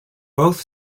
both